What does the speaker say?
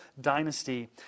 dynasty